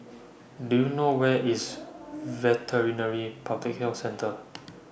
Do YOU know Where IS Veterinary Public Health Centre